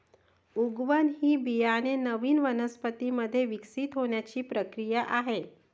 उगवण ही बियाणे नवीन वनस्पतीं मध्ये विकसित होण्याची प्रक्रिया आहे